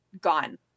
gone